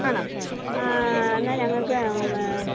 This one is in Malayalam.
ആണോ ആ എന്നാൽ ഞങ്ങൾക്ക്